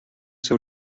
ser